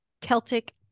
Celtic